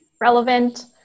relevant